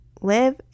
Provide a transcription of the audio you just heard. live